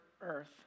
earth